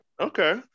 okay